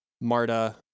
Marta